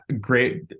great